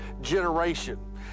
generation